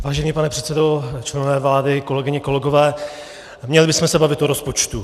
Vážený pane předsedo, členové vlády, kolegyně, kolegové, měli bychom se bavit o rozpočtu.